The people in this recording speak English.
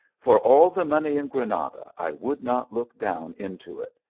for all the money in grana da, i would not look down into it.